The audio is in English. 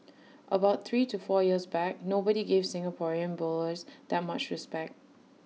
about three to four years back nobody gave Singaporean bowlers that much respect